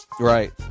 Right